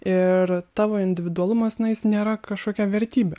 ir tavo individualumas na jis nėra kažkokia vertybė